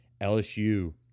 lsu